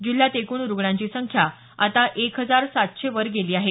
जिल्ह्यात एकूण रुग्णांची संख्या आता एक हजार सातशे वर गेली आहे